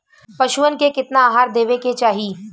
पशुअन के केतना आहार देवे के चाही?